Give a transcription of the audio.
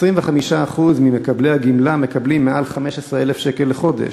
25% ממקבלי הגמלה מקבלים מעל 15,000 שקל לחודש,